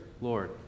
Lord